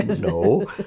No